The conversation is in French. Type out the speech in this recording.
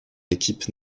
équipe